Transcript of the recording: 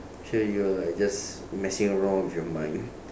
sure you are like just messing around with your mind